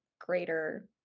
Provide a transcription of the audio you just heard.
greater